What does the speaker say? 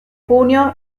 junio